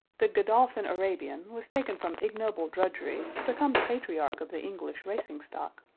the godolphin arabian was taken from ignoble drudgery to become the patriarch of the english racing stock.